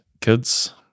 kids